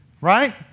right